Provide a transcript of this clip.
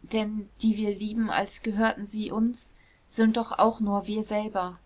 denn die wir lieben als gehörten sie uns sind doch auch nur wir selber